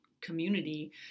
community